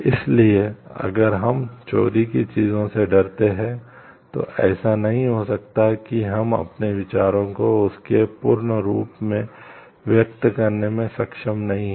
इसलिए अगर हम चोरी की चीजों से डरते हैं तो ऐसा नहीं हो सकता है कि हम अपने विचारों को उसके पूर्ण रूप में व्यक्त करने में सक्षम नहीं हैं